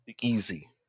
Easy